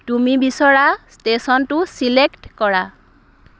তুমি বিচৰা ষ্টেশ্যনটো চিলেক্ট কৰা